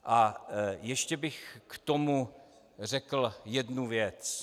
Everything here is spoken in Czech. A ještě bych k tomu řekl jednu věc.